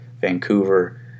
Vancouver